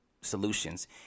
solutions